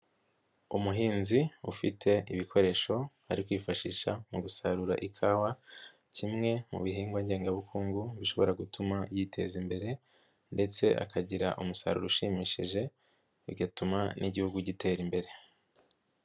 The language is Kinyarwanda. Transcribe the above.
Umuhinzi ufite ibikoresho, ari kwifashisha mu gusarura ikawa, kimwe mu bihingwa ngengabukungu, bishobora gutuma yiteza imbere ndetse akagira umusaruro ushimishije, bigatuma n'igihugu gitera imbere.